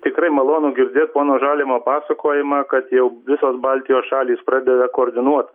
tikrai malonu girdėt pono žalimo pasakojamą kad jau visos baltijos šalys pradeda koordinuot